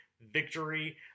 victory